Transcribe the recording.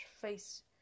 face